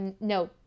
no